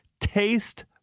Taste